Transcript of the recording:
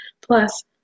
plus